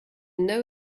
know